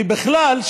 ובכלל,